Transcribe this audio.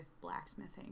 blacksmithing